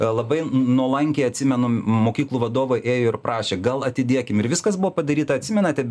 labai nuolankiai atsimenam mokyklų vadovai ėjo ir prašė gal atidėkim ir viskas buvo padaryta atsimenate